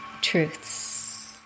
truths